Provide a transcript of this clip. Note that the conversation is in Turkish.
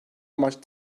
amaçlı